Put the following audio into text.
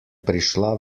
prišla